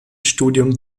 studium